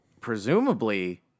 presumably